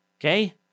okay